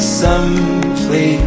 simply